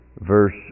verse